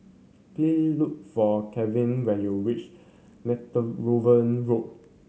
please look for Kevan when you reach Netheravon Road